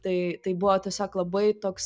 tai tai buvo tiesiog labai toks